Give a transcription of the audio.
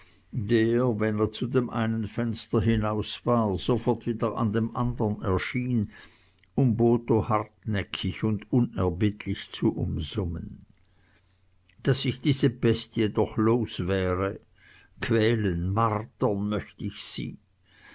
der wenn er zu dem einen fenster hinaus war sofort wieder an dem andern erschien um botho hartnäckig und unerbittlich zu umsummen daß ich diese bestie doch los wäre quälen martern möcht ich sie